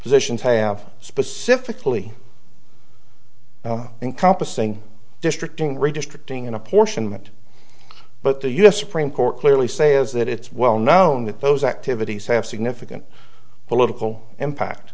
positions have specifically encompassing district in redistricting in apportionment but the u s supreme court clearly say is that it's well known that those activities have significant political impact